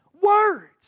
words